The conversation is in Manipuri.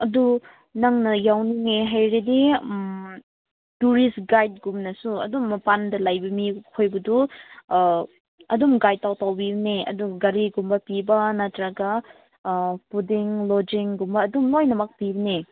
ꯑꯗꯨ ꯅꯪꯅ ꯌꯥꯎꯅꯤꯡꯉꯦ ꯍꯥꯏꯔꯗꯤ ꯎꯝ ꯇꯨꯔꯤꯁ ꯒꯥꯏꯗ ꯀꯨꯝꯅꯁꯨ ꯑꯗꯨꯝ ꯃꯄꯥꯟꯗ ꯂꯩꯕ ꯃꯤ ꯈꯣꯏꯕꯨꯗꯨ ꯑꯗꯨꯝ ꯒꯥꯏꯗ ꯇꯧꯕꯤꯕꯅꯦ ꯑꯗꯨꯝ ꯒꯥꯔꯤꯒꯨꯝꯕ ꯄꯤꯕ ꯅꯠꯇ꯭ꯔꯒ ꯑꯥ ꯐꯨꯗꯤꯡ ꯂꯣꯗꯖꯤꯡꯒꯨꯝꯕ ꯑꯗꯨꯝ ꯂꯣꯏꯅꯃꯛ ꯄꯤꯕꯅꯦ